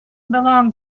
belonged